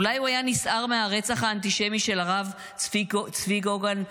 אולי הוא היה נסער מהרצח האנטישמי של הרב צבי קוגן,